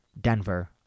Denver